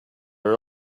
were